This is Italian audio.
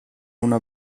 una